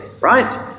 right